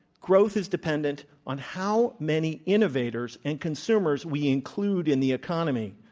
growth is dependent on how many innovators and consumers we include in the economy.